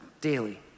daily